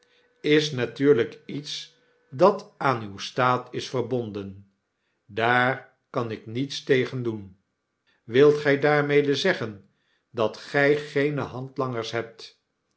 is natuurlyk iets dat aan uw staat is verbonden daar kan ik niets tegen doen wilt gij daarmede zeggen dat gij geene handlangers hebt